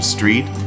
Street